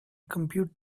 compute